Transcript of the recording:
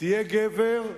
תהיה גבר,